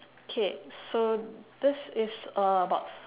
K so this is about